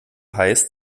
heiß